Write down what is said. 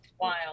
Wild